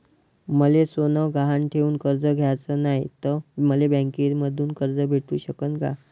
मले सोनं गहान ठेवून कर्ज घ्याचं नाय, त मले बँकेमधून कर्ज भेटू शकन का?